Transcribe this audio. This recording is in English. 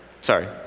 Sorry